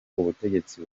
ubutegetsi